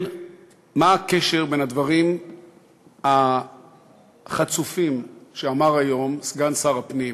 בין הדברים החצופים שאמר היום סגן שר הפנים